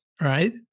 right